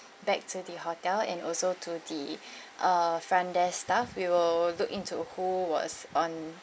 back to the hotel and also to the uh front desk staff we will look into who was on